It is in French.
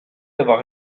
d’avoir